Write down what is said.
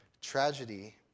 tragedy